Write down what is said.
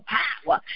power